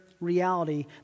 reality